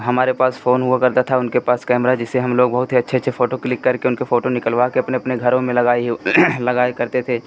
हमारे पास फोन हुआ करता था उनके पास कैमरा जिससे हम लोग बहुत ही अच्छे अच्छे फोटो क्लिक करके उनके फोटो निकालवा के अपने अपने घरों में लगाती हूँ लगाया करते थे